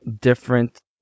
different